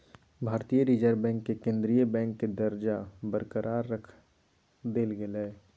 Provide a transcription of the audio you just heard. भारतीय reserve bank के केंद्रीय बैंक के दर्जा बरकरार रख देल गेलय